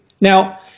Now